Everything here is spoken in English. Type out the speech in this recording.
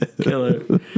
Killer